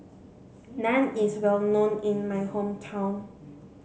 naan is well known in my hometown